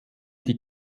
die